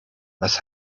was